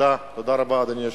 תודה רבה, אדוני היושב-ראש.